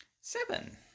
Seven